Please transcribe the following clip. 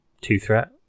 two-threat